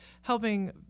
helping